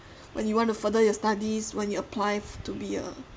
when you want to further your studies when you apply to be a